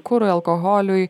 kurui alkoholiui